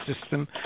system